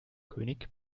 könig